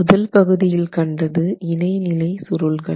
முதல் பகுதியில் கண்டது இணைநிலை சுருள்கள்